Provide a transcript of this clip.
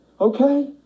okay